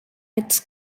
its